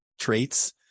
traits